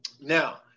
now